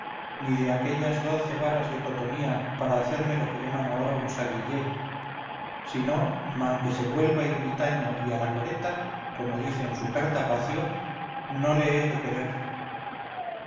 ni de aquellas doce varas de cotonía para hacerme lo que llaman ahora un savillé si no manque se güelva irmitaño y alacoreta como dice en su cartapacio no le he de querer